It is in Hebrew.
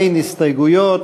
אין הסתייגויות.